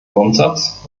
grundsatz